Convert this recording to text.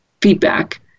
feedback